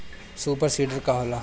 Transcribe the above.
Super seeder का होला?